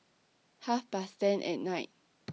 Half Past ten At Night